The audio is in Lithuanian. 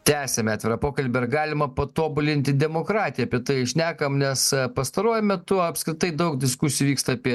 tęsiame atvirą pokalbį ar galima patobulinti demokratiją apie tai šnekam nes pastaruoju metu apskritai daug diskusijų vyksta apie